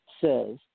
says